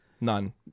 None